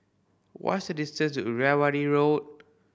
what's the distance to Irrawaddy Road